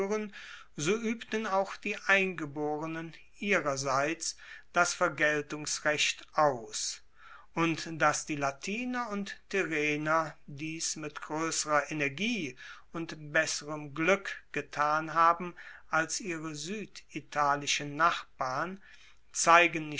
so uebten auch die eingeborenen ihrerseits das vergeltungsrecht aus und dass die latiner und tyrrhener dies mit groesserer energie und besserem glueck getan haben als ihre sueditalischen nachbarn zeigen